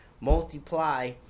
multiply